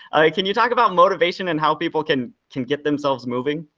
can you talk about motivation and how people can can get themselves moving?